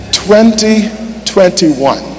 2021